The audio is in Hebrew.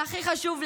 והכי חשוב,